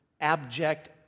abject